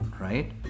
right